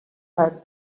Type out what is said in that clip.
had